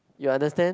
you understand